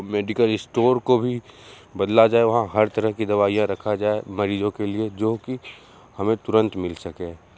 medical store को भी बदला जाए वहाँ हर तरह की दवाइयां रखी जाए मरीज़ों के लिए जो कि हमें तुरंत मिल सके